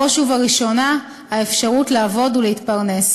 בראש ובראשונה האפשרות לעבוד ולהתפרנס,